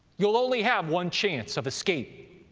you'll only have one chance of escape,